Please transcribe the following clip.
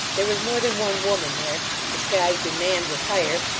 there was more than one woman there, disguised in man's attire,